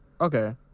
Okay